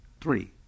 Three